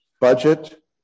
budget